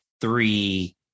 three